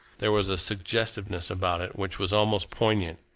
there was a suggestiveness about it which was almost poignant.